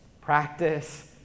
practice